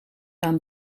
aan